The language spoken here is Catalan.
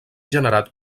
generat